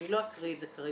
ואני לא אקריא את זה כרגע,